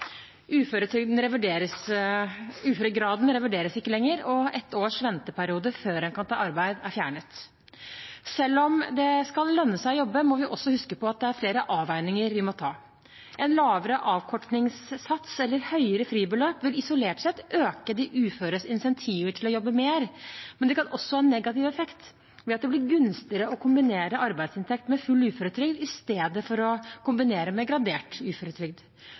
Uføregraden revurderes ikke lenger, og et års venteperiode før en kan ta arbeid, er fjernet. Selv om det skal lønne seg å jobbe, må vi også huske på at det er flere avveininger vi må foreta. En lavere avkortningssats eller et høyere fribeløp vil isolert sett øke de uføres incentiver til å jobbe mer, men det kan også ha en negativ effekt ved at det blir mer gunstig å kombinere arbeidsinntekt med full uføretrygd, i stedet for å kombinere med gradert uføretrygd.